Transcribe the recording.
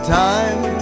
time